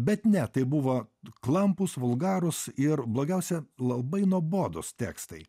bet ne tai buvo klampūs vulgarūs ir blogiausia labai nuobodūs tekstai